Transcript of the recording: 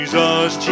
Jesus